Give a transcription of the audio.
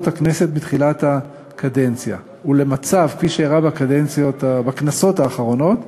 הכנסת בתחילת הקדנציה ולמצב כפי שאירע בכנסות האחרונות,